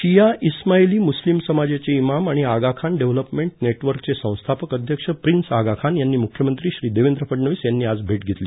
शिया इस्माईली मुस्लीम समाजाचे इमाम आणि आगा खान डेव्हलपर्मेट नेटवर्कचे संस्थापक अध्यक्ष प्रिन्स आगा खान यांनी मुख्यमंत्री श्री देवेंद्र फडणवीस यांची आज भेट घेतली